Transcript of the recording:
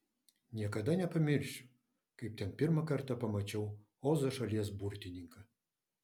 niekada nepamiršiu kaip ten pirmą kartą pamačiau ozo šalies burtininką